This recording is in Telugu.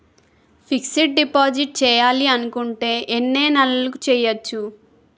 ఫిక్సడ్ డిపాజిట్ చేయాలి అనుకుంటే ఎన్నే నెలలకు చేయొచ్చు?